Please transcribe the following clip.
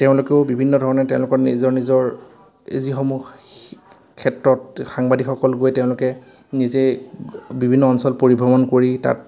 তেওঁলোকেও বিভিন্ন ধৰণে তেওঁলোকৰ নিজৰ নিজৰ এই যিসমূহ ক্ষেত্ৰত সাংবাদিকসকল গৈ তেওঁলোকে নিজেই বিভিন্ন অঞ্চল পৰিভ্ৰমণ কৰি তাত